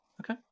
Okay